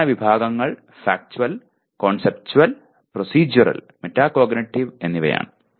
വിജ്ഞാന വിഭാഗങ്ങൾ factual conceptual procedural metacognitive എന്നിവയാണ്